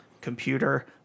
computer